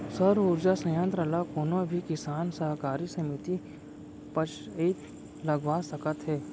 सउर उरजा संयत्र ल कोनो भी किसान, सहकारी समिति, पंचईत लगवा सकत हे